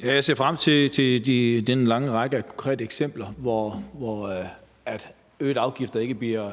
Jeg ser frem til den lange række af konkrete eksempler på, at øgede afgifter ikke